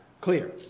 clear